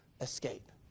escape